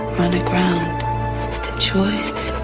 run aground the choice